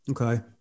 Okay